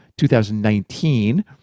2019